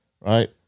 Right